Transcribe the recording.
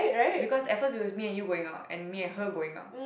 because at first it was me and you going out and me and her going out